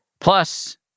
Plus